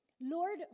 Lord